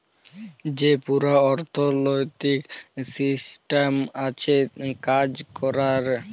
যে পুরা অথ্থলৈতিক সিসট্যাম আছে কাজ ক্যরার